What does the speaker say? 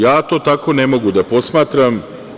Ja to tako ne mogu da posmatram.